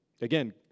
Again